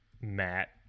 Matt